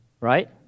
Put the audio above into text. right